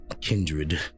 Kindred